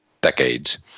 decades